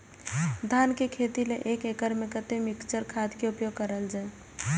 धान के खेती लय एक एकड़ में कते मिक्चर खाद के उपयोग करल जाय?